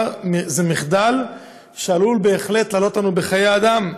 זה מחדל שעלול, בהחלט, לעלות לנו בחיי אדם.